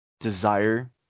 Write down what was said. desire